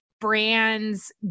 Brands